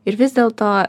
ir vis dėlto